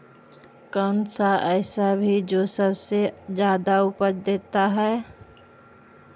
कौन सा ऐसा भी जो सबसे ज्यादा उपज देता है?